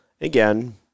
Again